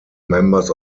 members